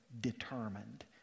determined